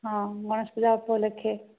ହଁ ଗଣେଶ ପୂଜା ଉପଲକ୍ଷେ